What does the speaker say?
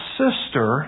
sister